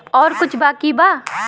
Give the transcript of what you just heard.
और कुछ बाकी बा?